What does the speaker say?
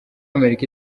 amerika